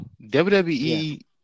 WWE